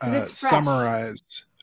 summarize